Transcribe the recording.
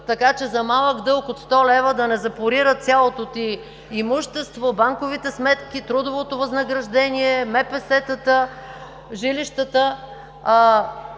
така че за малък дълг от 100 лв. да не запорират цялото ти имущество, банковите сметки, трудовото възнаграждение, МПС-та, жилищата.